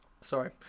Sorry